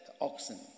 oxen